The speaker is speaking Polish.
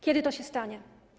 Kiedy to się stanie?